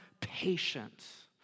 patience